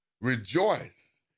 Rejoice